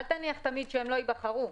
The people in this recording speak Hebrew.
אל תניח תמיד שהם לא ייבחרו.